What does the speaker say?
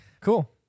Cool